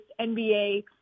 NBA